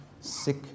sick